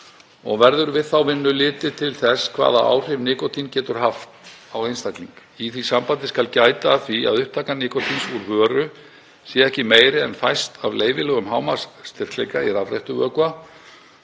og verður við þá vinnu litið til þess hvaða áhrif nikótín getur haft á einstakling. Í því sambandi skal gæta að því að upptaka nikótíns úr vöru sé ekki meiri en fæst af leyfilegum hámarksstyrkleika í rafrettuvökva,